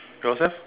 yours have